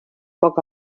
poc